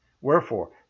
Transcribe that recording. Wherefore